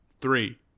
Three